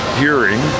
hearing